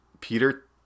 Peter